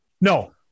No